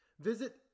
Visit